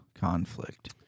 conflict